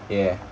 ya